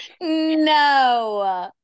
no